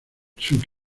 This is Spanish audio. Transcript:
siendo